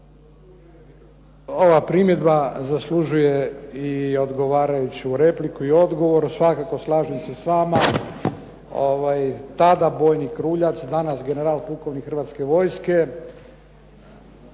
Ova primjedba zaslužuje i odgovarajuću repliku i odgovor. Svakako, slažem se s vama. Tada bojnik Kruljac, danas general pukovnik Hrvatske vojske